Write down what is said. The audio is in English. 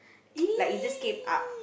like it just came up